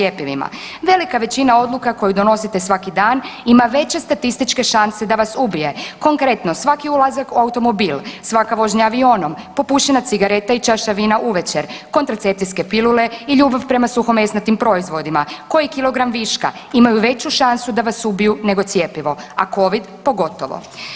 Velika većina odluka koju donosite svaki dan ima veće statističke šanse da vas ubije, konkretno svaki ulazak u automobil, svaka vožnja avionom, popušena cigareta i čaša vina uvečer, kontracepcijske pilule i ljubav prema suhomesnatim proizvodima, koji kilogram viška imaju veću šansu da vas ubiju nego cjepivo, a covid pogotovo.